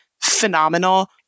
phenomenal